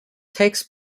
takes